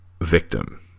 victim